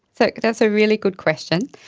so that's a really good question.